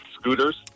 scooters